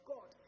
God